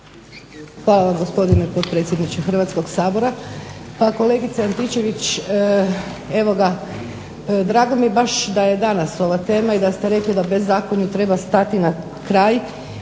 Hvala vam gospodine potpredsjedniče Hrvatskog sabora. Pa kolegice Antičević drago mi baš danas da je ova tema i da ste rekli da bezakonju treba stati na kraj